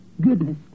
Goodness